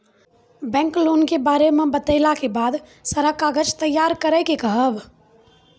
Bank loan के बारे मे बतेला के बाद सारा कागज तैयार करे के कहब?